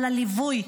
על הליווי,